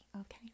Okay